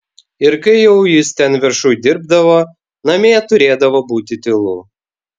ir kai jau jis ten viršuj dirbdavo namie turėdavo būti tylu